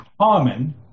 common